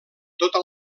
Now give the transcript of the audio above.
tota